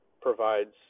provides